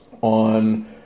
on